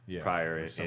prior